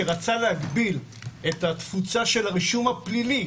שרצה להגביל את התפוצה של הרישום הפלילי